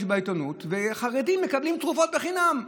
בעיתונות שחרדים מקבלים תרופות חינם.